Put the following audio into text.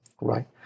right